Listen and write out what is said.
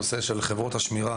הנושא של חברות השמירה,